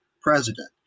president